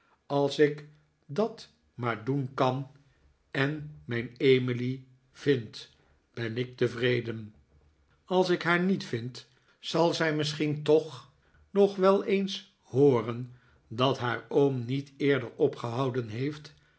als ik dat maar doen kan en mijn emily vind ben ik tevreden als ik haar niet vind zal zij misschien toch nog wel eens hooren dat haar oom niet eerder opgehouden heeft